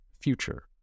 future